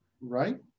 right